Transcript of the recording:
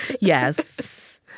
Yes